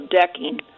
decking